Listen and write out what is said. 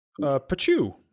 Pachu